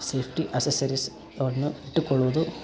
safety accessories ಅವನ್ನು ಇಟ್ಟುಕೊಳ್ಳುವುದು